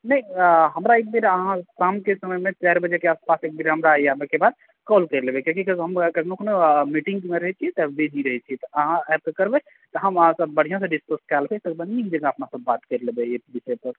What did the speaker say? नै हमरा एक बेर अहाँ शाम के समय मे चारि बजे के आसपास एक बेर हमरा आबै के बाद कॉल कैर लेबै कियाकी हमरा कखनो कऽ मीटिंग मे रहै छियै तब बिजी रहै छियै अहाँ आबि कऽ करबै की हम अहाँ सॅं बढ़िऑं सॅं डिसकस कय लेबै एकदम नीक जकाँ अपना सब बात कैर लेबै एहि विषय पर